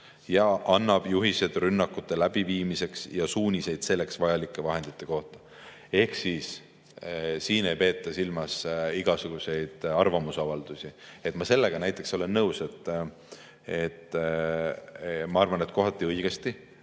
ja annab juhiseid rünnakute läbiviimiseks ja suuniseid selleks vajalike vahendite kohta. Ehk siis siin ei peeta silmas igasuguseid arvamusavaldusi. Ma sellega näiteks olen nõus, et kohati piiratakse